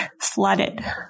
flooded